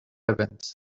event